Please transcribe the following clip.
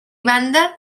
banda